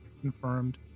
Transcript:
confirmed